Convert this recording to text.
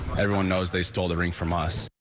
everyone knows they stole the ring from us.